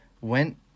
went